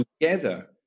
together